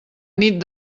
nit